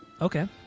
Okay